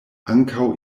ankaŭ